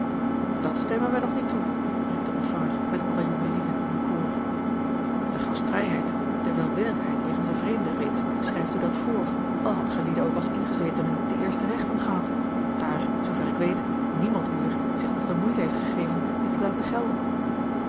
dàt stemmen wij nog niet toe riep de ontvanger met alle jongelieden in koor de gastvrijheid de welwillendheid jegens een vreemde reeds schrijft u dat voor al hadt gijlieden ook als ingezetenen de eerste rechten gehad daar zoover ik weet niemand uwer zich nog de moeite heeft gegeven die te laten gelden